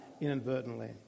inadvertently